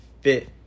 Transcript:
fit